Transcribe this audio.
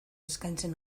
eskaintzen